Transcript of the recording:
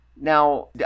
Now